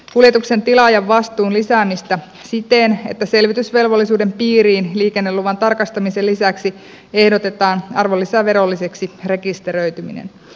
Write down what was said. kuljetuksen tilaajan vastuuta lisättäisiin siten että selvitysvelvollisuuden piiriin liikenneluvan tarkastamisen lisäksi ehdotetaan arvonlisäverovelvolliseksi rekisteröityminen